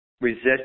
resist